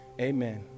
Amen